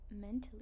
mentally